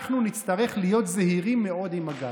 אנחנו נצטרך להיות זהירים מאוד עם הגז".